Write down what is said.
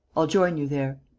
i'll join you there.